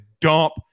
dump